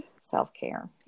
Self-care